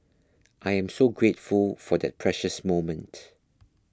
I am so grateful for that precious moment